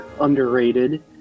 underrated